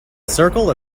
circle